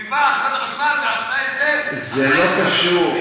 ובאה חברת החשמל ועשתה את זה, אחרי, זה לא קשור.